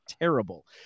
terrible